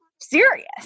serious